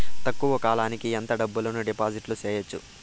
తక్కువ కాలానికి ఎంత డబ్బును డిపాజిట్లు చేయొచ్చు?